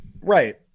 Right